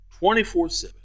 24-7